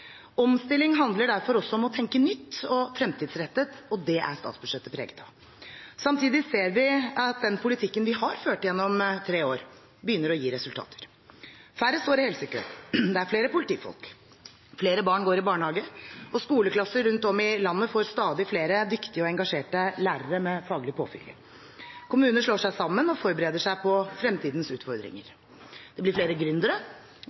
handler derfor også om å tenke nytt og fremtidsrettet. Dette er statsbudsjettet preget av. Samtidig ser vi at den politikken vi har ført gjennom tre år, begynner å gi resultater. Færre står i helsekø. Det er flere politifolk. Flere barn går i barnehage, og skoleklasser rundt om i landet får stadig flere dyktige og engasjerte lærere med faglig påfyll. Kommuner slår seg sammen og forbereder seg på fremtidens utfordringer. Det blir flere